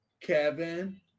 kevin